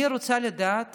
אני רוצה לדעת